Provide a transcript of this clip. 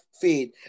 feed